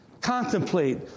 contemplate